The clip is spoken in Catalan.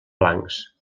blancs